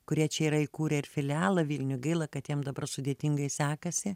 kurie čia yra įkūrę ir filialą vilniuj gaila kad jiems dabar sudėtingai sekasi